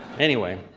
anyway,